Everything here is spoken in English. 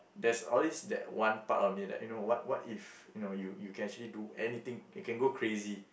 there's always that one part of me that you know what what if you know you can do anything you can go crazy